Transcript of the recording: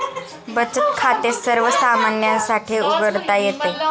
बचत खाते सर्वसामान्यांसाठी उघडता येते